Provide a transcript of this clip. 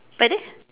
pardon